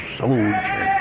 soldier